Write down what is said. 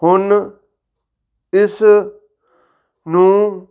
ਹੁਣ ਇਸ ਨੂੰ